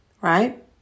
right